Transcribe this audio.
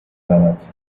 زند